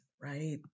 right